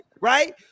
right